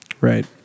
Right